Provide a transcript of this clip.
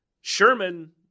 Sherman